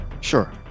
Sure